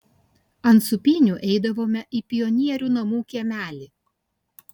ant sūpynių eidavome į pionierių namų kiemelį